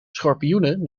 schorpioenen